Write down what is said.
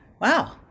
wow